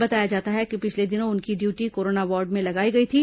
बताया जाता है कि पिछले दिनों उनकी ड्यूटी कोरोना वार्ड में लगाई गई थी